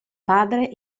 padre